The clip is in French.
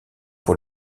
pour